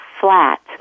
flat